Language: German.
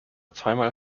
zweimal